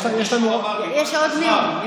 יש לו עוד נאום.